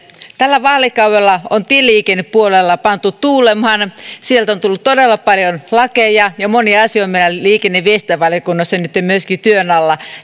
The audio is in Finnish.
tällä vaalikaudella on tieliikennepuolella pantu tuulemaan sieltä on tullut todella paljon lakeja ja moni asia on meillä liikenne ja viestintävaliokunnassa nytten myöskin työn alla